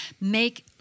make